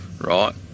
right